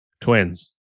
Twins